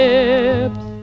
Lips